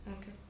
Okay